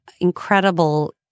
incredible